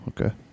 okay